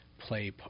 Play